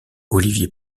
olivier